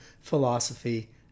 philosophy